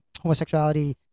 homosexuality